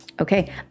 Okay